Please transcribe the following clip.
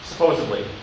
Supposedly